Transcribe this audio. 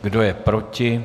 Kdo je proti?